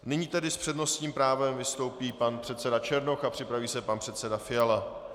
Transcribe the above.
Nyní tedy s přednostním právem vystoupí pan předseda Černoch a připraví se pan předseda Fiala.